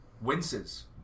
winces